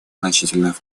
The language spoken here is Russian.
значительных